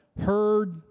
heard